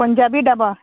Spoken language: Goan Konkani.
पंजाबी डाबा